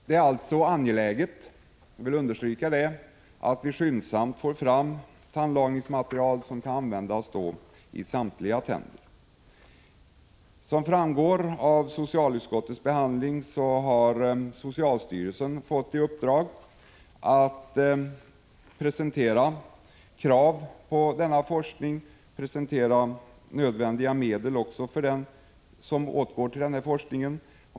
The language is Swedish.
Det är alltså angeläget, vilket jag vill understryka, att vi skyndsamt får fram tandlagningsmaterial som kan användas i samtliga tänder. Som framgår av socialutskottets behandling har socialstyrelsen fått i uppdrag att ställa krav på denna forskning och presentera nödvändiga medel som åtgår för denna forskning.